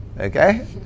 okay